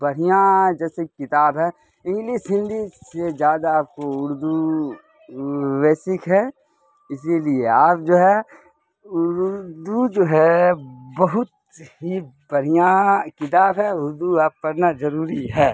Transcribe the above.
بڑھیا جیسے کتاب ہے انگلس ہندی سے زیادہ آپ کو اردو ویسک ہے اسی لیے آپ جو ہے اردو جو ہے بہت ہی بڑھیا کتاب ہے اردو آپ پڑھنا ضروری ہے